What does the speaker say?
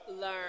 Learn